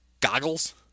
goggles